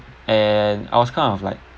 and I was kind of like